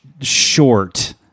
short